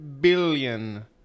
billion